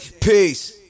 Peace